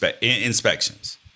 inspections